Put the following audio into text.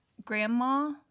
grandma